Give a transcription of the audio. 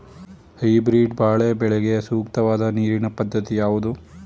Hybrid ಬಾಳೆ ಬೆಳೆಗೆ ಸೂಕ್ತವಾದ ನೀರಿನ ಪದ್ಧತಿ ಯಾವುದು?